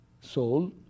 soul